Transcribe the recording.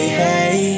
hey